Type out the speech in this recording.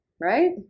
right